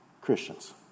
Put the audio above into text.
Christians